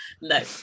No